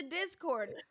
discord